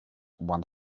one